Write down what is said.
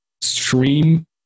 stream